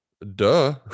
Duh